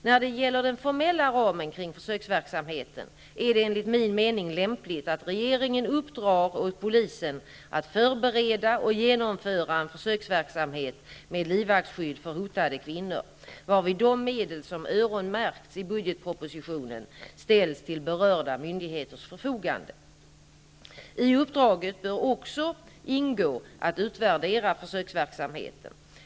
När det gäller den formella ramen kring försöksverksamheten är det enligt min mening lämpligt att regeringen uppdrar åt polisen att förbereda och genomföra en försöksverksamhet med livvaktsskydd för hotade kvinnor, varvid de medel som öronmärkts i budgetpropositionen ställs till berörda myndigheters förfogande. I uppdraget bör också ingå att utvärdera försöksverksamheten.